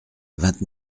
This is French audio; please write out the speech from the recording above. vingt